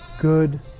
good